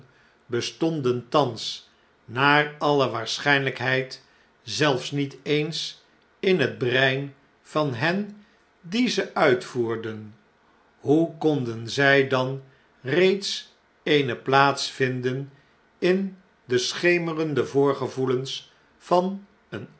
bestonden thans naar alle waarschijniijkheid zelfs niet eens in het brein van hen die ze uitvoerden hoe konden zij dan reeds eene plaats vinden in de schemerende voorgevoelens van een